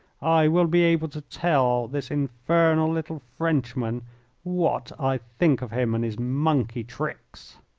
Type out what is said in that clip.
i will be able to tell this infernal little frenchman what i think of him and his monkey tricks.